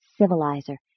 civilizer